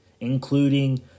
including